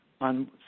on